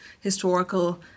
historical